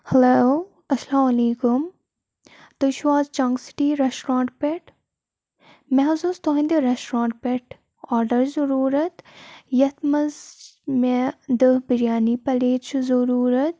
hello اَسلامُ علیکُم تُہۍ چھُو حظ چَنٛک سِٹی رٮ۪سٹرونٛٹ پٮ۪ٹھ مےٚ حظ اوس تٕہٕنٛدِ رٮ۪سٹرٛونٛٹ پٮ۪ٹھ آرڈَر ضٔروٗرت یَتھ منٛز مےٚ دَہ بِریانی پَلیٹ چھِ ضٔروٗرَت